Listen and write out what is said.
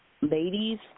ladies